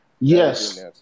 Yes